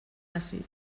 àcids